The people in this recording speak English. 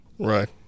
right